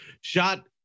shot